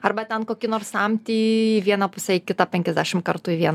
arba ten kokį nors samtį į vieną pusę į kitą penkiasdešim kartų į vieną